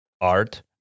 art